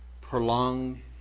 Prolong